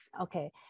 okay